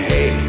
Hey